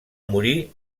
morir